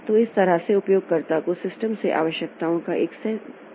तो इस तरह से उपयोगकर्ता को सिस्टम से आवश्यकताओं का एक निश्चित सेट मिल गया है